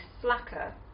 slacker